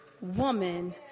woman